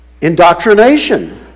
Indoctrination